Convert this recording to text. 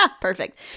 Perfect